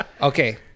Okay